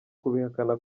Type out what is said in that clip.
kubihakana